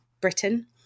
Britain